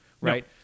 right